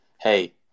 hey